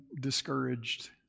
discouraged